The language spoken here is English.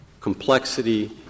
complexity